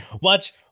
Watch